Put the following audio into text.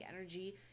energy